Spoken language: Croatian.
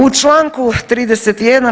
U čl. 31.